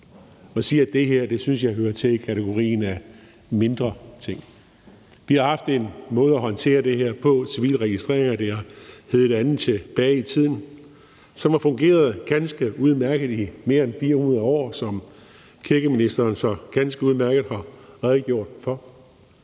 må sige, at det her synes jeg hører til i kategorien af mindre ting. Vi har haft en måde at håndtere det her med civilregistrering på – og det har heddet noget andet tilbage i tiden – som har fungeret ganske udmærket i mere end 400 år, som kirkeministeren så ganske udmærket har redegjort for.